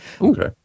Okay